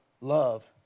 love